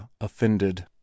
offended